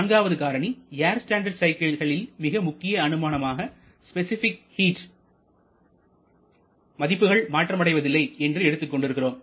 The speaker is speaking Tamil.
நான்காவது காரணி ஏர் ஸ்டாண்டர்ட் சைக்கிள்களில் மிக முக்கிய அனுமானமாக ஸ்பெசிபிக் ஹீட் மதிப்புகள் மாற்றம் அடைவதில்லை என்று எடுத்துக் கொண்டிருக்கிறோம்